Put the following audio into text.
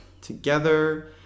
together